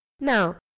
Now